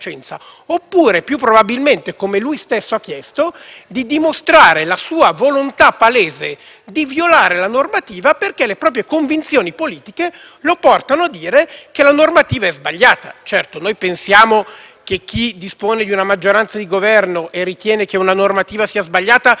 di violare la normativa perché le proprie convinzioni politiche lo portano a dire che è sbagliata. Certo, pensiamo che chi dispone di una maggioranza di Governo e ritiene che una normativa sia sbagliata farebbe meglio a modificarla e comportarsi nel rispetto della legge, però è una rivendicazione che egli ha fatto.